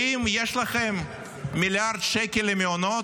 ואם יש לכם מיליארד שקל למעונות,